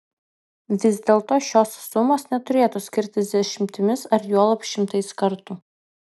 vis dėlto šios sumos neturėtų skirtis dešimtimis ar juolab šimtais kartų